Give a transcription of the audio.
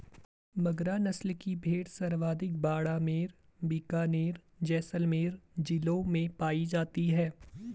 मगरा नस्ल की भेड़ सर्वाधिक बाड़मेर, बीकानेर, जैसलमेर जिलों में पाई जाती है